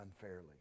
unfairly